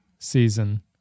season